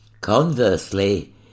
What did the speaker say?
Conversely